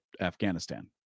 Afghanistan